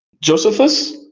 Josephus